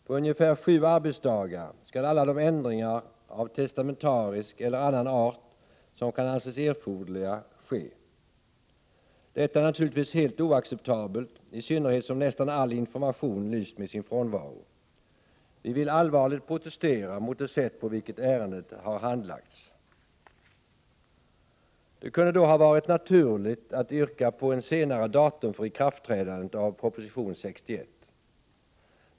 På ungefär sju arbetsdagar skall alla de ändringar av testamentarisk eller annan art som kan anses erforderliga ske. Detta är naturligtvis helt oacceptabelt, i synnerhet som nästan all information lyst med sin frånvaro. Vi vill allvarligt protestera mot det sätt på vilket ärendet handlagts. Det kunde då ha varit naturligt att yrka på ett senare datum för ikraftträdandet av förslagen i proposition 61.